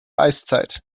eiszeit